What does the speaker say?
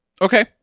Okay